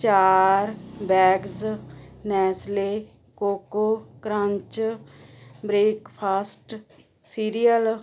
ਚਾਰ bags Nestle Koko Krunch breakfast serial